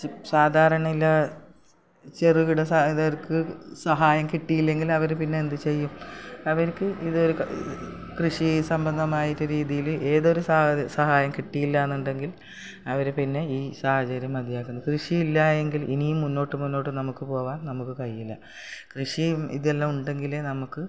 chip സാധാരണയുള്ള ചെറുകിട സഹായദർക്ക് സഹായം കിട്ടിയില്ലെങ്കിൽ അവർ പിന്നെ എന്ത് ചെയ്യും അവർക്ക് ഇതൊരു കൃഷി സംബന്ധമായിട്ട് രീതിയിൽ ഏതൊരു സ സഹായവും കിട്ടിയില്ലെന്നുണ്ടെങ്കിൽ അവർ പിന്നെ ഈ സാഹചര്യം മതിയാക്കും കൃഷിയില്ലായെങ്കിൽ ഇനിയും മുന്നോട്ട് മുന്നോട്ട് നമുക്ക് പോകാൻ നമുക്ക് കഴിയില്ല കൃഷിയും ഇതെല്ലാം ഉണ്ടെങ്കിലേ നമുക്ക്